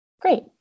Great